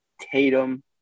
Tatum